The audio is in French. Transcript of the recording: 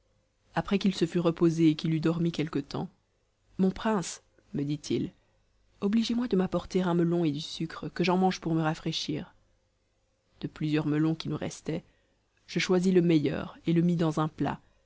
après qu'il se fut reposé et qu'il eut dormi quelque temps mon prince me dit-il obligez-moi de m'apporter un melon et du sucre que j'en mange pour me rafraîchir de plusieurs melons qui nous restaient je choisis le meilleur et le mis dans un plat